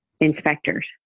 inspectors